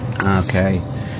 Okay